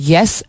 Yes